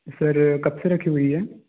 sir कबसे रखी हुई है